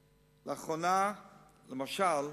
לאחרונה, למשל,